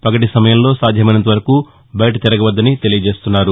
పగటి సమయంలో సాధ్యమైనంతవరకు బయట తిరగవద్దని తెలియజేస్తున్నారు